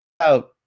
out